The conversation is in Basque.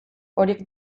horiek